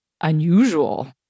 unusual